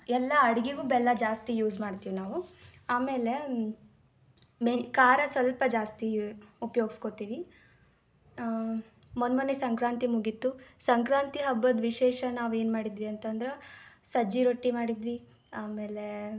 ಎಲ್ಲ ಅಡುಗೆಗೂ ಬೆಲ್ಲ ಜಾಸ್ತಿ ಯೂಸ್ ಮಾಡ್ತೀವಿ ನಾವು ಆಮೇಲೆ ಮೆ ಖಾರ ಸ್ವಲ್ಪ ಜಾಸ್ತಿ ಉಪಯೋಗ್ಸ್ಕೊತಿವಿ ಮೊನ್ನೆ ಮೊನ್ನೆ ಸಂಕ್ರಾಂತಿ ಮುಗಿಯಿತು ಸಂಕ್ರಾಂತಿ ಹಬ್ಬದ ವಿಶೇಷ ನಾವೇನು ಮಾಡಿದ್ವಿ ಅಂತಂದ್ರೆ ಸಜ್ಜೆ ರೊಟ್ಟಿ ಮಾಡಿದ್ವಿ ಆಮೇಲೆ